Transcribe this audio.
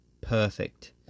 perfect